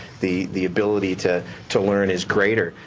the the ability to to learn is greater,